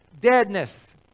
deadness